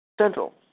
Central